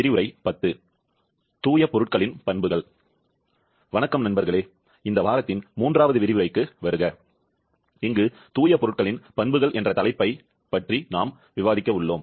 வணக்கம் நண்பர்களே இந்த வாரத்தின் மூன்றாவது விரிவுரைக்கு வருக இங்கு தூய பொருட்களின் பண்புகள் என்ற தலைப்பை முடிக்க நாம் பார்க்கிறோம்